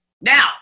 Now